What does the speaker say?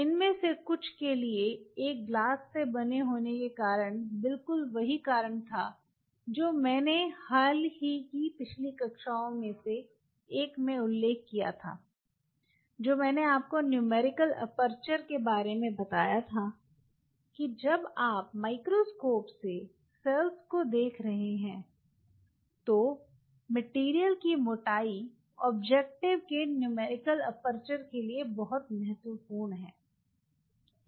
इनमें से कुछ के लिए एक ग्लास से बने होने का कारण बिल्कुल वही कारण था जो मैंने हाल ही की पिछली कक्षाओं में से एक में उल्लेख किया था जो मैंने आपको न्यूमेरिकल एपर्चर के बारे में बताया था कि जब आप माइक्रोस्कोप से सेल्स को देख रहे हैं तो मटेरियल की मोटाई ऑब्जेक्टिव के न्यूमेरिकल एपर्चर के लिए बहुत महत्वपूर्ण है